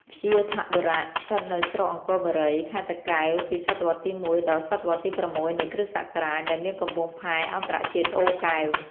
វ្យាធបុរៈ ស្ថិតនៅស្រុកអង្គរបូរី ខេត្តតាកែវពីសតវត្សរ៍ទី១ ដល់ សតវត្សរ៍ ទី៦ នៃគ្រិស្តសករាជ ដែលមានកំពង់ផែអន្តរជាតិ អូរកែវ ។